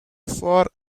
far